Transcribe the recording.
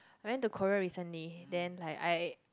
went to Korea recently then like I